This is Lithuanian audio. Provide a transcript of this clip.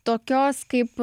tokios kaip